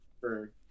for-